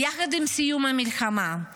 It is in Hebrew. יחד עם סיום המלחמה,